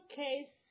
case